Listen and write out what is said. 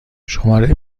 شماره